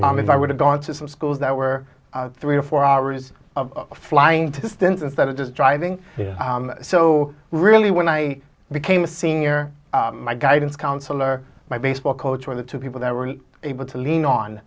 if i would have gone to some schools that were three or four hours of flying to distance instead of just driving so really when i became a senior my guidance counselor my baseball coach where the two people that were able to lean on